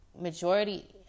majority